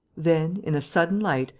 then, in the sudden light,